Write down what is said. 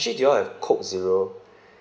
actually do you all have coke zero